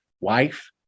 wife